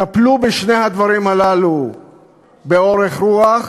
טפלו בשני הדברים הללו באורך רוח